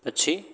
પછી